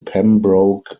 pembroke